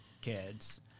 kids